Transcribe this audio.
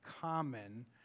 common